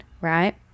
right